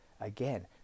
Again